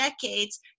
decades